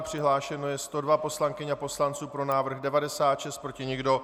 Přihlášeno je 102 poslankyň a poslanců, pro návrh 96, proti nikdo.